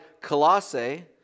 Colossae